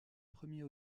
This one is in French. premier